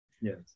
Yes